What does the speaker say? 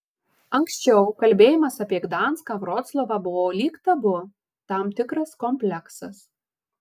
anksčiau kalbėjimas apie gdanską vroclavą buvo lyg tabu tam tikras kompleksas